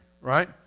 Right